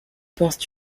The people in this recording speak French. penses